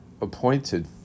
appointed